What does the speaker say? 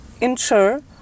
ensure